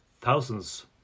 thousands